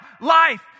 life